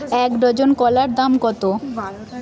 এক ডজন কলার দাম কত?